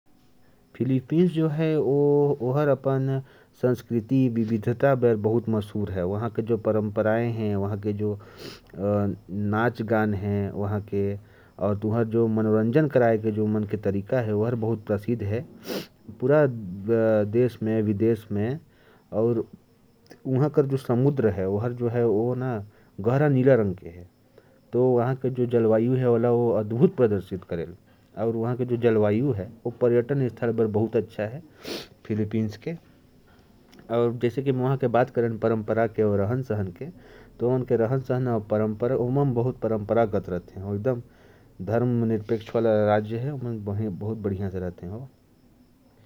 फिलीपींस अपनी नृत्य, गायन और मनोरंजन के लिए बहुत मशहूर है, पूरा देश विदेश में जाना जाता है। और वहां के समुद्र गहरे नीले रंग के होते हैं, जो जलवायु को बहुत सुंदर बनाते हैं। वहां बहुत सारे धर्मों के लोग हैं, और वे मिलजुल कर रहते हैं।